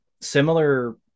similar